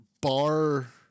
Bar